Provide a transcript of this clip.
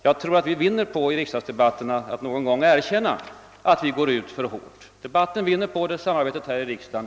Jag tror att vi i riksdagsdebatterna skulle vinna på att någon gång erkänna när vi gått ut för hårt. Det skulle debatten vinna på och även samarbetet här i riksdagen.